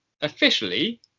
officially